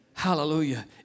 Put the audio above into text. Hallelujah